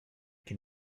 can